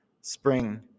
spring